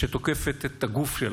שתוקפת את הגוף שלה,